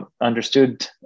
understood